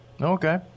Okay